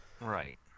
right